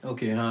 Okay